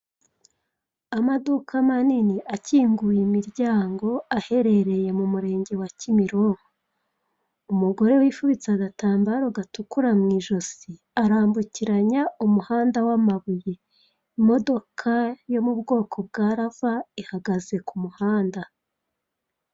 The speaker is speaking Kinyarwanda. Amaduka manini akinguye imiryango aherereye mu murenge wa kimironko. Umugore wifubitse agatambaro gatukura mu ijosi, aramburakiranya umuhanda w'amabuye. Imodoka yo mu bwoko bwa Rava ihagaze ku muhanda.